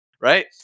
right